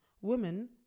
Women